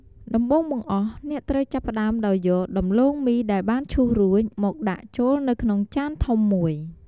ដំបូងបង្អស់ អ្នកត្រូវចាប់ផ្តើមដោយយក ដំឡូងមីដែលបានឈូសរួច មកដាក់ចូលនៅក្នុងចានធំមួយ។